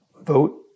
Vote